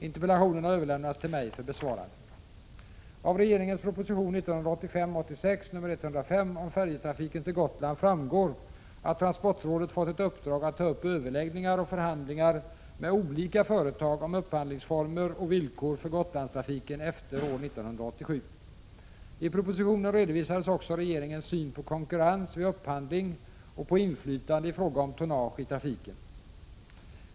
Interpellationen har överlämnats till mig för besvarande. Av regeringens proposition 1985/86:105 om färjetrafiken till Gotland framgår att transportrådet fått ett uppdrag att ta upp överläggningar och förhandlingar med olika företag om upphandlingsformer och villkor för Gotlandstrafiken efter år 1987. I propositionen redovisades också regeringens syn på konkurrens vid upphandling och på inflytandet i fråga om tonnage i trafiken.